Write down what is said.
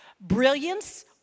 brilliance